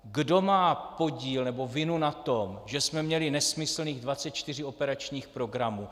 Kdo má podíl nebo vinu na tom, že jsme měli nesmyslných 24 operačních programů?